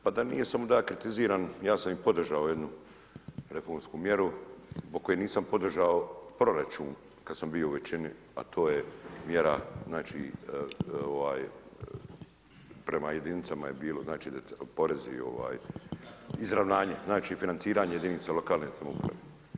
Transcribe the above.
Pa da nije samo da ja kritiziram, ja sam i podržao jednu reformsku mjeru zbog koje nisam podržao proračun kad sam bio u većini a to je mjera prema jedinicama je bilo, znači porezi, izravnanje, znači financiranje jedinica lokalne samouprave.